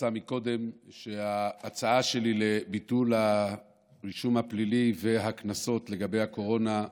פורסם קודם שההצעה שלי לביטול הרישום הפלילי והקנסות לגבי הקורונה,